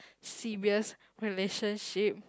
serious relationship